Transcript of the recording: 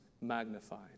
magnified